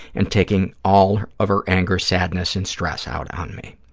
and taking all of her anger, sadness and stress out on me.